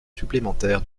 supplémentaires